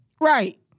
right